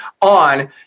on